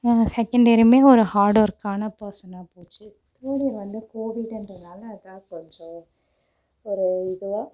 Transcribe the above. நாங்கள் செகண்ட் இயருமே ஒரு ஹார்ட் ஒர்க்கான பர்சனாக போச்சு தேர்ட் இயர் வந்து கோவிட் என்றதால் அதுதான் கொஞ்சம் ஒரு இதுவாக